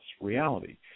reality